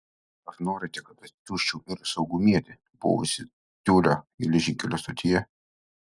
ar norite kad atsiųsčiau ir saugumietį buvusį tiulio geležinkelio stotyje